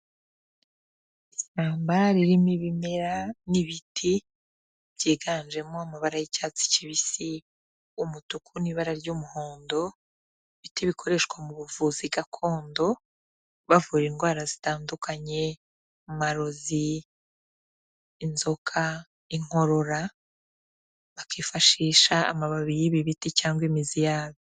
Ishyamba ririmo ibimera n'ibiti byiganjemo amabara y'icyatsi kibisi, umutuku n'ibara ry'umuhondo, ibiti bikoreshwa mu buvuzi gakondo bavura indwara zitandukanye, amarozi, inzoka, inkorora, bakifashisha amababi y'ibi biti cyangwa imizi yabyo.